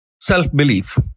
self-belief